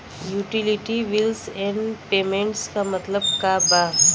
Utility bills and payments क मतलब का बा?